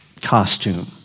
costume